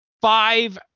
five